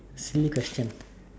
silly question